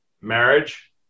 marriage